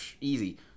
easy